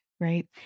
right